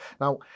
Now